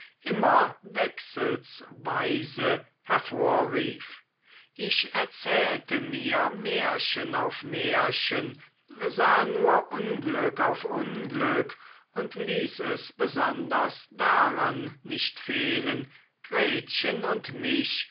immer wechselsweise hervorrief ich erzählte mir märchen auf märchen sah nur unglück auf unglück und ließ es besonders daran nicht fehlen gretchen und mich